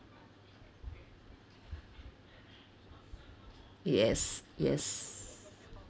yes yes